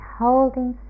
holding